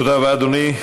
תודה רבה, אדוני.